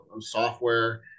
software